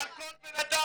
על כל בנאדם